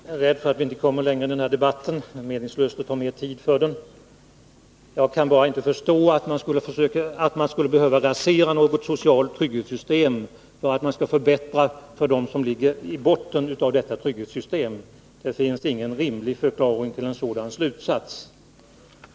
Fru talman! Jag är rädd för att vi inte kommer längre i den här debatten. Det är därför meningslöst att ta upp mer tid för den. Jag kan bara inte förstå slutsatsen att man skulle behöva rasera något socialt trygghetssystem därför att man skall förbättra för dem som ligger i botten av detta trygghetssystem. Det finns ingen rimlig förklaring till en sådan slutsats.